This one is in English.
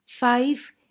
Five